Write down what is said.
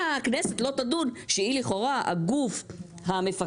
מלכתחילה הכנסת לא תדון שהיא לכאורה הגוף המפקח